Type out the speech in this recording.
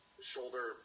shoulder